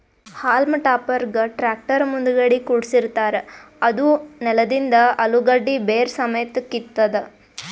haulm ಟಾಪರ್ಗ್ tractor ಮುಂದಗಡಿ ಕುಡ್ಸಿರತಾರ್ ಅದೂ ನೆಲದಂದ್ ಅಲುಗಡ್ಡಿ ಬೇರ್ ಸಮೇತ್ ಕಿತ್ತತದ್